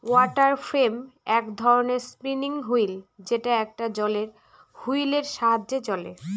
water frame এক ধরনের spinning wheel যেটা একটা জলের হুইলের সাহায্যে চলে